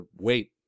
wait